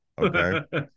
Okay